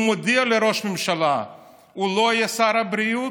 הוא מודיע לראש הממשלה שהוא לא יהיה שר הבריאות,